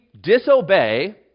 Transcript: disobey